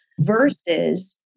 versus